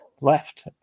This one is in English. left